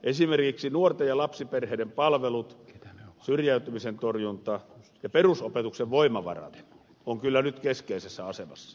esimerkiksi nuorten ja lapsiperheiden palvelut syrjäytymisen torjunta ja perusopetuksen voimavarat on kyllä nyt keskeisessä asemassa